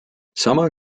sama